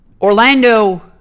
Orlando